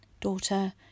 Daughter